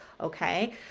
okay